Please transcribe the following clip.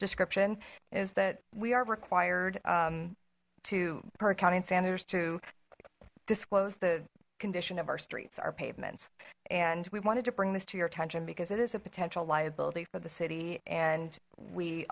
description is that we are required to per county and sanders to disclose the condition of our streets our pavements and we wanted to bring this to your attention because it is a potential liability for the city and we